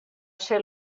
ser